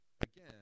again